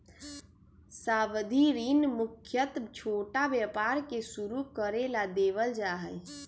सावधि ऋण मुख्यत छोटा व्यापार के शुरू करे ला देवल जा हई